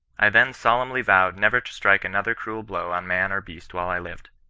i then solemnly vowed never to strike another cruel blow on man or beast while i lived.